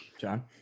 john